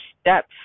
steps